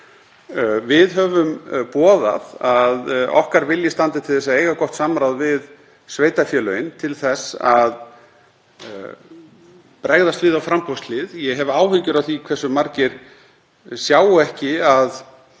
Við höfum boðað að okkar vilji standi til þess að eiga gott samráð við sveitarfélögin til þess að bregðast við á framboðshlið. Ég hef áhyggjur af því hversu margir sjá ekki —